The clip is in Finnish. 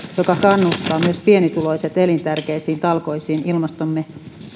joka kannustaa myös pienituloiset elintärkeisiin talkoisiin ilmastomme